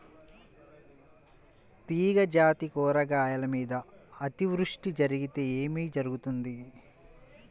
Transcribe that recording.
తీగజాతి కూరగాయల మీద అతివృష్టి జరిగితే ఏమి జరుగుతుంది?